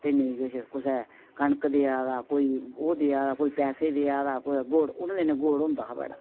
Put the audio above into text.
ते नेईं किश कोई कनक देआ दा कोई ओह् देआ दा कोई पैसे देआ दा कुदै गुड़ उ'नें दिनें गुड़ होंदा हा बड़ा